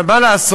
אבל מה לעשות,